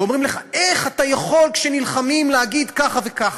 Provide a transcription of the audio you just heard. ואומרים לך: איך אתה יכול כשנלחמים להגיד ככה וככה?